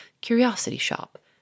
curiosity-shop